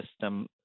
system